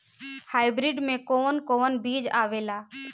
Hybrid में कोवन कोवन बीज आवेला?